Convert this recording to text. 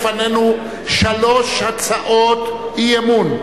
לפנינו שלוש הצעות אי-אמון,